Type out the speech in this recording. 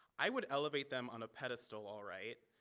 i would elevate them on a pedestal all right,